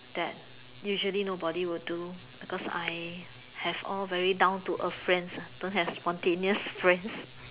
that usually nobody will do because I have all very down to earth friends don't have spontaneous friends